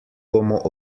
bomo